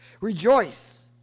Rejoice